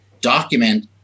document